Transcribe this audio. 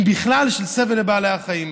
אם בכלל, של סבל לבעלי החיים.